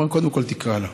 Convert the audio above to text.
הוא אמר: קודם כול, תקרא לה.